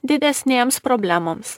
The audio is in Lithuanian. didesnėms problemoms